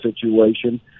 situation